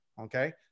Okay